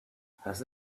has